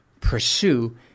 pursue